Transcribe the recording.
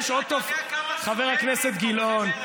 חבר הכנסת גילאון,